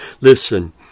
Listen